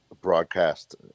broadcast